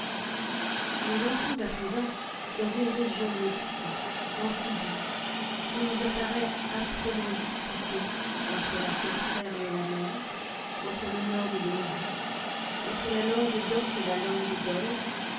nous entrons à présent dans une région mixte amphibie qui nous apparaît âprement disputée entre la terre ferme et la mer entre le nord et le midi entre la langue d'oc et la langue d'oïl